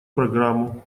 программу